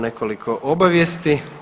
nekoliko obavijesti.